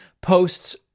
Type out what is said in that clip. posts